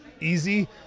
easy